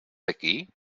aquí